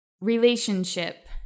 Relationship